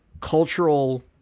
cultural